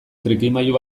trikimailu